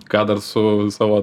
ką dar su savo